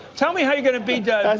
tell me how you're gonna be done. i